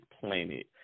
planet